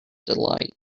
delight